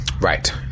Right